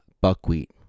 buckwheat